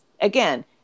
again